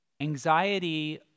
Anxiety